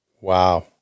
Wow